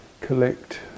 collect